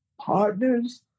Partners